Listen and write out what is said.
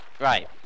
Right